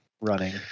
running